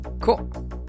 Cool